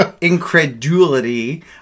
incredulity